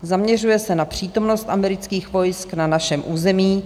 Zaměřuje se na přítomnost amerických vojsk na našem území.